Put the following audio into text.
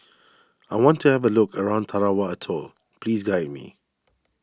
I want to have a look around Tarawa Atoll please guide me